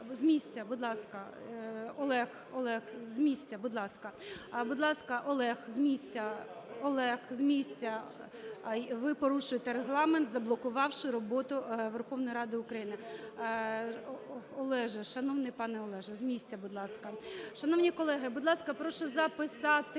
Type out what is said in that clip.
місця. Олег з місця. Ви порушуєте Регламент, заблокувавши роботу Верховної Ради України. Олеже, шановний пане Олеже, з місця, будь ласка. Шановні колеги, будь ласка, прошу записатися…